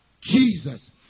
Jesus